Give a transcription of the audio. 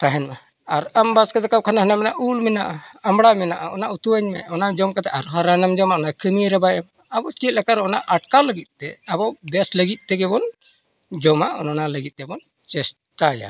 ᱛᱟᱦᱮᱱ ᱢᱟ ᱟᱨ ᱟᱢ ᱵᱟᱥᱠᱮ ᱫᱟᱠᱟ ᱵᱟᱠᱷᱟᱱ ᱦᱟᱱᱮ ᱢᱮᱱᱟᱜᱼᱟ ᱩᱞ ᱢᱮᱱᱟᱜᱼᱟ ᱟᱢᱲᱟ ᱢᱮᱱᱟᱜᱼᱟ ᱚᱱᱟ ᱩᱛᱩ ᱟᱹᱧ ᱢᱮ ᱚᱱᱟ ᱡᱚᱢ ᱠᱟᱛᱮᱫ ᱟᱨᱦᱚᱸ ᱨᱟᱱᱮᱢ ᱡᱚᱢᱟ ᱚᱱᱟ ᱠᱟᱹᱢᱤ ᱨᱮ ᱵᱟᱭ ᱮᱢᱟ ᱟᱵᱚ ᱪᱮᱫ ᱞᱮᱠᱟᱨᱮ ᱚᱱᱟ ᱟᱴᱠᱟᱣ ᱞᱟᱹᱜᱤᱫ ᱛᱮ ᱟᱵᱚ ᱵᱮᱹᱥ ᱞᱟᱹᱜᱤᱫ ᱛᱮᱜᱮ ᱵᱚᱱ ᱡᱚᱢᱟ ᱚᱱ ᱚᱱᱟ ᱞᱟᱹᱜᱤᱫ ᱛᱮᱵᱚᱱ ᱪᱮᱥᱴᱟᱭᱟ